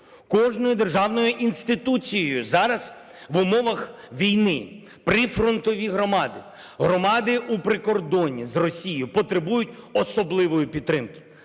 кожною державною інституцією зараз в умовах війни. Прифронтові громади, громади у прикордонні з Росією потребують особливої підтримки.